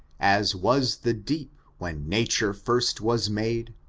as was the deep, when nature first was made,